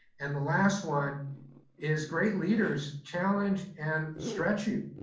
and the last one is great leaders challenge and stretch you.